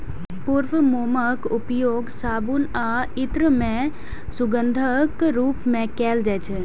पूर्ण मोमक उपयोग साबुन आ इत्र मे सुगंधक रूप मे कैल जाइ छै